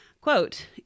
quote